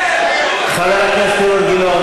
חבר הכנסת גילאון,